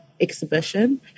exhibition